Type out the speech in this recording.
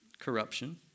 corruption